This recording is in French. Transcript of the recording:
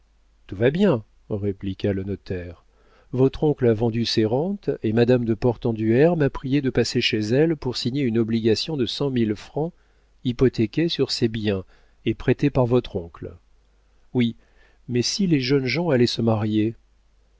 tout va bien répliqua le notaire votre oncle a vendu ses rentes et madame de portenduère m'a prié de passer chez elle pour signer une obligation de cent mille francs hypothéqués sur ses biens et prêtés par votre oncle oui mais si les jeunes gens allaient se marier